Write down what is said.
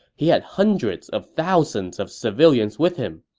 he had hundreds of thousands of civilians with him.